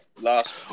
last